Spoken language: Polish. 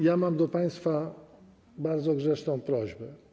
Ja mam do państwa bardzo grzeczną prośbę.